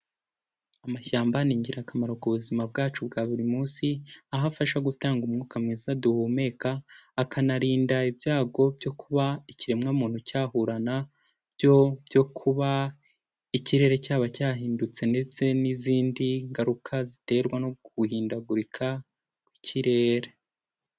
Ishyamba ni ingirakamaro ku buzima bwacu bwa buri munsi, aho afasha gutanga umwuka mwiza duhumeka, akanarinda ibyago byo kuba ikiremwamuntu cyahura na byo, byo kuba ikirere cyaba cyahindutse ndetse n'izindi ngaruka ziterwa no guhindagurika kw'ikirere.